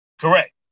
correct